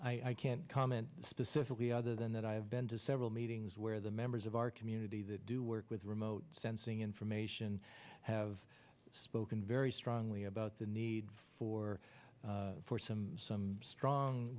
that i can't comment specifically other than that i have been to several meetings where the members of our community that do work with remote sensing information have spoken very strongly about the need for for some some strong